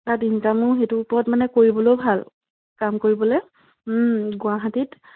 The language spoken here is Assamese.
তাত ইনকামো সেইটো ওপৰত মানে কৰিবলৈও ভাল কাম কৰিবলে গুৱাহাটীত